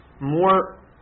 more